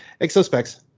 ExoSpecs